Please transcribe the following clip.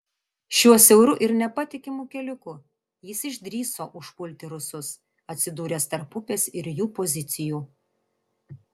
šiuo siauru ir nepatikimu keliuku jis išdrįso užpulti rusus atsidūręs tarp upės ir jų pozicijų